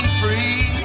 free